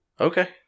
Okay